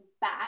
back